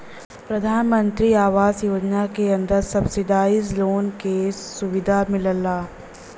प्रधानमंत्री आवास योजना के अंदर सब्सिडाइज लोन क सुविधा मिलला